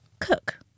cook